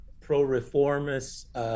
pro-reformist